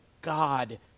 God